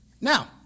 Now